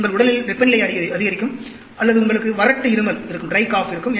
உங்கள் உடல் வெப்பநிலை அதிகரிக்கும் அல்லது உங்களுக்கு வறட்டு இருமல் இருக்கும்